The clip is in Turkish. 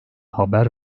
haber